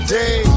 day